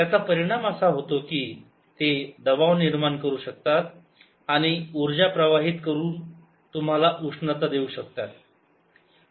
त्याचा परिणाम असा होतो की ते दबाव निर्माण करू शकतात आणि ऊर्जा प्रवाहित करून तुम्हाला उष्णता देऊ शकतात